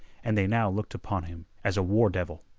and they now looked upon him as a war devil.